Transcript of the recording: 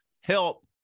help